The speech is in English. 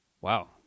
Wow